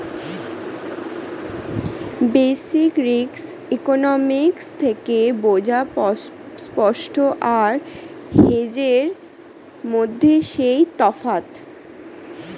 basic risk economics থেকে বোঝা spot আর হেজের মধ্যে যেই তফাৎ